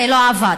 זה לא עבד.